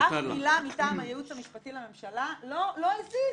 -- שאף מילה מטעם הייעוץ המשפטי לממשלה לא הזיז,